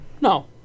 No